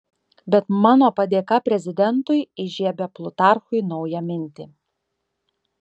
bet mano padėka prezidentui įžiebia plutarchui naują mintį